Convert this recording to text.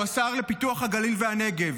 הוא השר לפיתוח הגליל והנגב.